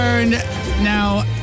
Now